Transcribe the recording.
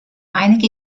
einige